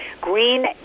green